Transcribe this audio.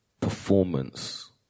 performance